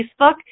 Facebook